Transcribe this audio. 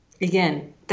again